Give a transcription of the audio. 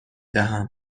دهم